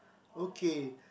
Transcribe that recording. okay